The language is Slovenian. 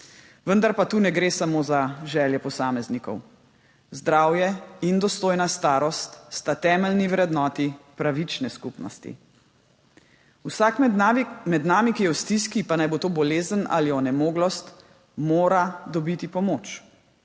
Vendar pa tu ne gre samo za želje posameznikov. Zdravje in dostojna starost sta temeljni vrednoti pravične skupnosti. Vsak med nami, ki je v stiski, pa naj bo to bolezen ali onemoglost, mora dobiti pomoč.